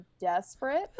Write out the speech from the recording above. desperate